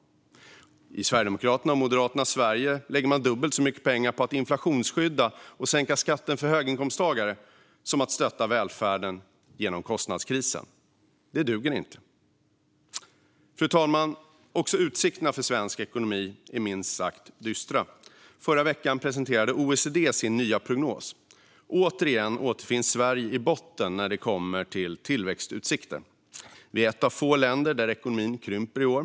I Sverigedemokraternas och Moderaternas Sverige lägger man dubbelt så mycket pengar på att inflationsskydda och sänka skatten för höginkomsttagare som man lägger på att stötta välfärden genom kostnadskrisen. Det duger inte. Fru talman! Också utsikterna för svensk ekonomi är minst sagt dystra. Förra veckan presenterade OECD sin nya prognos, och återigen ligger Sverige i botten när det gäller tillväxtutsikt. Vi är ett av få länder där ekonomin krymper i år.